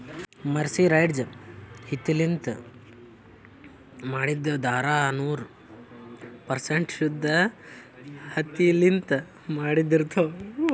mercerized ಹತ್ತಿಲಿಂತ್ ಮಾಡಿದ್ದ್ ಧಾರಾ ನೂರ್ ಪರ್ಸೆಂಟ್ ಶುದ್ದ್ ಹತ್ತಿಲಿಂತ್ ಮಾಡಿದ್ದ್ ಇರ್ತಾವ್